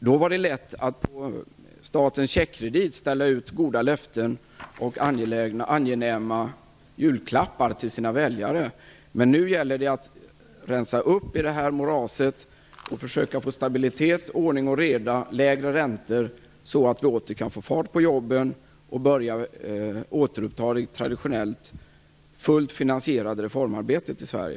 Det var då lätt för dem att på statens checkkredit ställa ut goda löften och ge angenäma julklappar till sina väljare. Nu gäller det att rensa upp i det här moraset och att försöka få stabilitet, ordning och reda samt lägre räntor, så att vi åter kan få fart på jobben och återuppta det traditionellt fullt finansierade reformarbetet i Sverige.